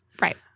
Right